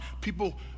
people